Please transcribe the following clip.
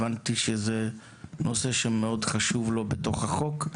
הבנתי שזה נושא שמאוד חשוב לו בתוך החוק.